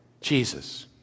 Jesus